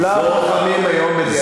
כולם חכמים היום בדיעבד.